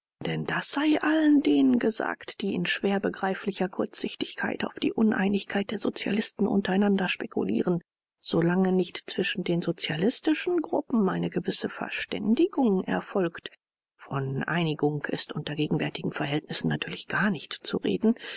denn das sei allen denen gesagt die in schwer begreiflicher kurzsichtigkeit auf die uneinigkeit der sozialisten untereinander spekulieren solange nicht zwischen den sozialistischen gruppen eine gewisse verständigung erfolgt von einigung ist unter gegenwärtigen verhältnissen natürlich gar nicht zu reden